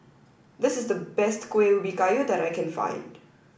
this is the best Kueh Ubi Kayu that I can find